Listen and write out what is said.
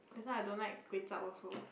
that's why I don't like kway chap also